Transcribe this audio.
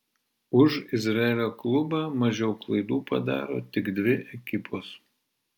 už izraelio klubą mažiau klaidų padaro tik dvi ekipos